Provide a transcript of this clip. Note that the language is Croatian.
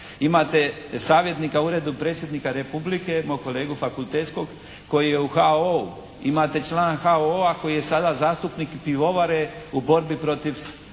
Imate savjetnika u Uredu Predsjednika Republike, mog kolegu fakultetskog koji je u HO-u. Imate člana HO-a koji je sada zastupnik pivovare u borbi protiv